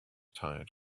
tired